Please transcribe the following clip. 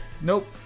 Nope